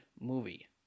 movie